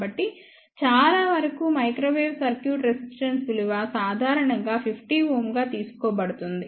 కాబట్టి చాలావరకు microwave circuit resistance విలువ సాధారణంగా 50 Ω గా తీసుకోబడుతుంది